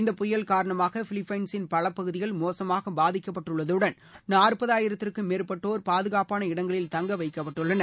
இந்த புயல் காரணமாக பிலிப்பைன்ஸின் பல பகுதிகள் மோசமாக பாதிக்கப்பட்டுள்ளதுடன் நாற்பதாயிரத்திற்கும் மேற்பட்டோர் பாதுகாப்பான இடங்களில் தங்கவைக்கப்பட்டுள்ளனர்